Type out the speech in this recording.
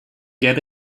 get